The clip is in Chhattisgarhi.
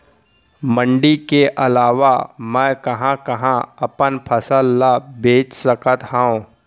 मण्डी के अलावा मैं कहाँ कहाँ अपन फसल ला बेच सकत हँव?